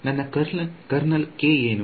ನನ್ನ kernel K ಏನು